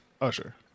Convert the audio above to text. Usher